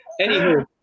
Anywho